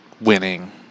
winning